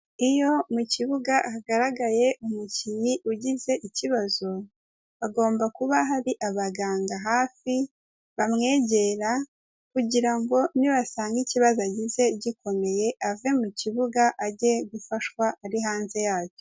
Iyo mu kibuga hagaragaye umukinnyi ugize ikibazo hagomba kuba hari abaganga hafi bamwegera kugira ngo nibasanga ikibazo agize gikomeye ave mu kibuga ajye gufashwa ari hanze yacyo.